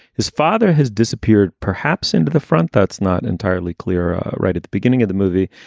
his father has disappeared, perhaps into the front. that's not entirely clear right at the beginning of the movie.